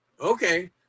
Okay